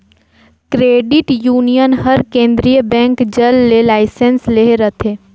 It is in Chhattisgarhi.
क्रेडिट यूनियन हर केंद्रीय बेंक जग ले लाइसेंस लेहे रहथे